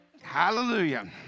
Hallelujah